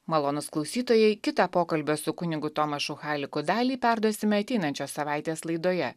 malonūs klausytojai kitą pokalbio su kunigu tomašu haliku dalį perduosime ateinančios savaitės laidoje